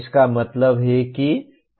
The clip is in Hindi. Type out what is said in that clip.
इसका मतलब है कि कहा गया है